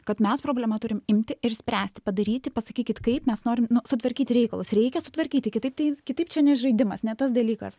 kad mes problemą turim imti ir spręsti padaryti pasakykit kaip mes norim sutvarkyt reikalus reikia sutvarkyti kitaip tai kitaip čia ne žaidimas ne tas dalykas